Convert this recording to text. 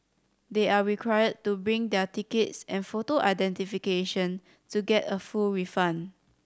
they are required to bring their tickets and photo identification to get a full refund